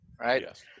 right